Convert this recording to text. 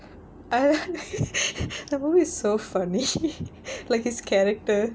!aiya! that movie is so funny like his character